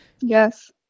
Yes